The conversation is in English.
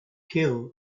kill